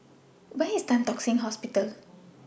Where IS Tan Tock Seng Hospital